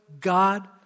God